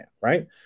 right